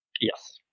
Yes